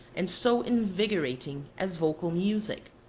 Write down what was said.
and so invigorating, as vocal music.